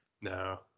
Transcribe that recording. No